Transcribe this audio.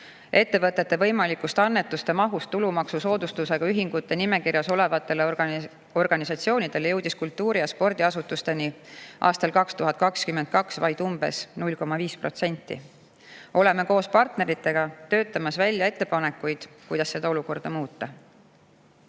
Ettevõtete võimalikust annetuste mahust tulumaksusoodustusega ühingute nimekirjas olevatele organisatsioonidele jõudis kultuuri‑ ja spordiasutusteni 2022. aastal vaid umbes 0,5%. Oleme koos partneritega töötamas välja ettepanekuid, kuidas seda olukorda muuta. Head